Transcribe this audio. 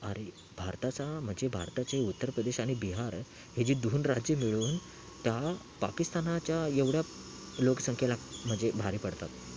अरे भारताचा म्हणजे भारताचे उत्तर प्रदेश आणि बिहार हे जे दोन राज्य मिळून त्या पाकिस्तानाच्या एवढ्या लोकसंख्येला म्हणजे भारी पडतात